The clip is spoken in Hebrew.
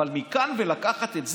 אבל מכאן לקחת את זה,